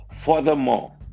Furthermore